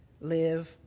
live